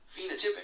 Phenotypic